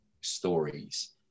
stories